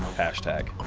hashtag.